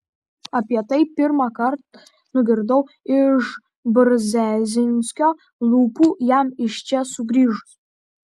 apie tai pirmąkart nugirdau iš brzezinskio lūpų jam iš čia sugrįžus